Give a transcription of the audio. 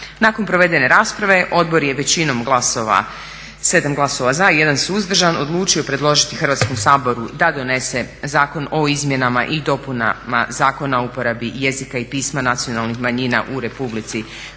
Nakon provedene rasprave Odbor je većinom glasova, 7 glasova za i 1 suzdržan odlučio predložiti Hrvatskom saboru da donese Zakon o izmjenama i dopunama Zakona o uporabi jezika i pisma nacionalnih manjina u Republici